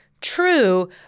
True